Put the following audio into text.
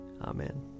Amen